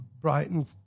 Brighton